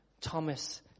Thomas